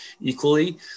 equally